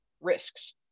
risks